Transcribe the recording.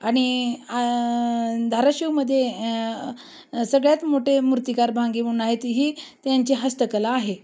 आणि धाराशिवमध्ये सगळ्यात मोठे मूर्तिकार भांगे म्हणून आहेत ही त्यांची हस्तकला आहे